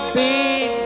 big